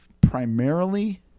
primarily